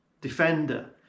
defender